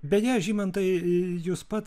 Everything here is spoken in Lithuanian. beje žymantai jūs pats